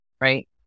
right